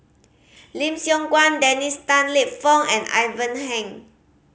Lim Siong Guan Dennis Tan Lip Fong and Ivan Heng